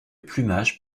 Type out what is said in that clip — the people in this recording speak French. plumage